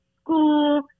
school